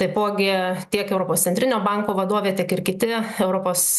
taipogi tiek europos centrinio banko vadovė tiek ir kiti europos